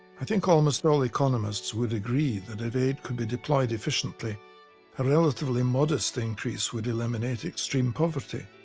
i think almost all economists would agree that if aid could be deployed efficiently a relatively modest increase would eliminate extreme poverty